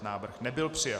Návrh nebyl přijat.